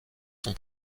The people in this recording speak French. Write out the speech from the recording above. son